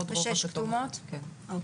מהן